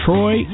Troy